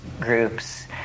groups